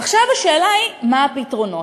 עכשיו, השאלה היא מה הפתרונות.